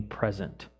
present